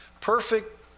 perfect